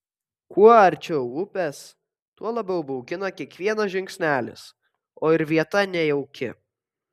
kuo arčiau upės tuo labiau baugina kiekvienas žingsnelis o ir vieta nejauki